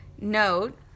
note